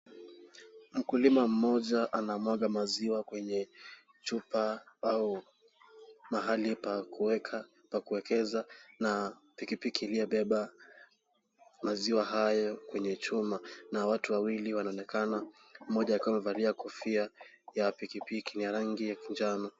Mkulima mmoja anamwaga maziwa kwenye chupa au mahali pa kuwekeza na pikipiki iliyobeba maziwa hayo kwenye chuma na watu wawili wanaonekana mmoja akiwa amevalia kofia ya pikipiki na ni ya rangi ya njano.